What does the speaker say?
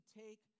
take